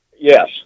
Yes